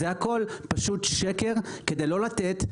זה הכול פשוט שקר כדי לא לתת,